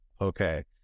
Okay